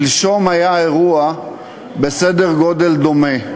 שלשום היה אירוע בסדר גודל דומה: